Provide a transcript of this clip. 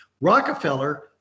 Rockefeller